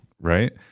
Right